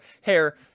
hair